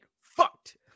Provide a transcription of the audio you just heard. fucked